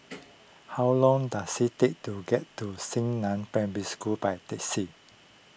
how long does it take to get to Xingnan Primary School by taxi